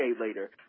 later